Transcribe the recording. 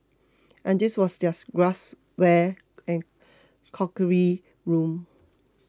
and this was their glassware and crockery room